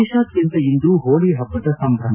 ದೇಶಾದ್ಯಂತ ಇಂದು ಹೋಳಿ ಹಬ್ಬದ ಸಂಭ್ರಮ